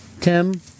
Tim